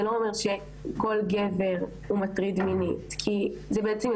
זה לא אומר שכל גבר הוא מטריד מינית לכאורה,